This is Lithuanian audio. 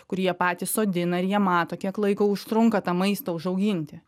kur jie patys sodina ir jie mato kiek laiko užtrunka tą maistą užauginti